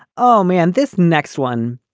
oh, man, this next one.